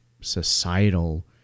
societal